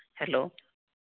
hello